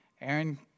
Aaron